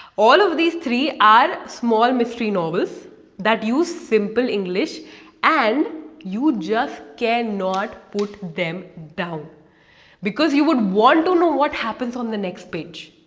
all of these three are small mystery novels that use simple english and you just cannot put them down because you would want to know what happens on the next page!